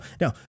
Now